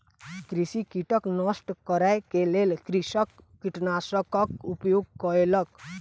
कृषि कीटक नष्ट करै के लेल कृषक कीटनाशकक उपयोग कयलक